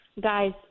Guys